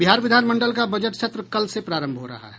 बिहार विधानमंडल का बजट सत्र कल से प्रारंभ हो रहा है